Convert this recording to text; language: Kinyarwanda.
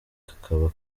kakaba